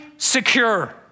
secure